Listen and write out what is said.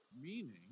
meaning